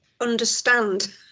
understand